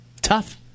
tough